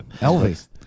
Elvis